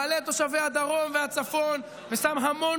מעלה את תושבי הדרום והצפון ושם המון